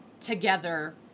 together